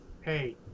hey